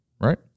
right